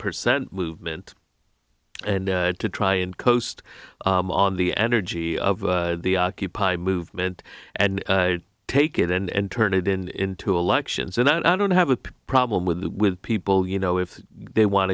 percent movement and to try and coast on the energy of the occupy movement and take it and turn it in to elections and i don't have a problem with with people you know if they want